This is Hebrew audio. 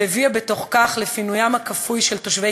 והביאה בתוך כך לפינוים הכפוי של תושבי